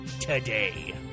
today